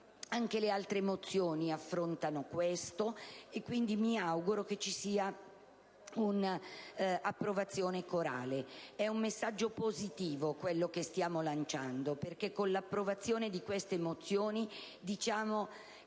Anche le altre mozioni affrontano questo aspetto, e mi auguro che ci sia un'approvazione corale. È un messaggio positivo quello che stiamo lanciando, perché con l'approvazione di queste mozioni diciamo